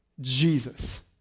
Jesus